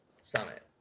Summit